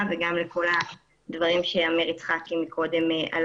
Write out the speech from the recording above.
וגם לכל הדברים שאמר עמיר יצחקי הסביר.